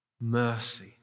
mercy